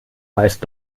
meist